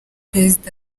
perezida